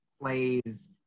plays